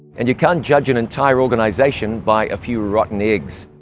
and you can't judge an entire organization by a few rotten eggs.